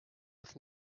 with